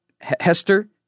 Hester